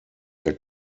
der